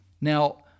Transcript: Now